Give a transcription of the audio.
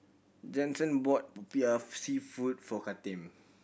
Jensen bought Popiah Seafood for Kathern